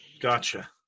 Gotcha